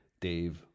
Dave